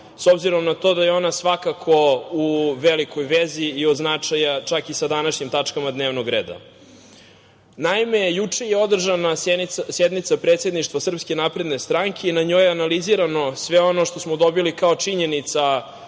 s obzirom na to da je ona svakako u velikoj vezi i od značaja čak i sa današnjim tačkama dnevnog reda. Naime, juče je održana sednice predsedništva SNS i na njoj je analizirano sve ono što smo dobili kao činjenicu